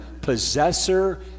possessor